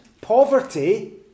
poverty